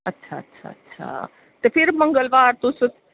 अच्चा अच्छा ते फिर मंगलवार तुस